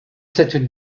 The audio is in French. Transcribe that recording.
cette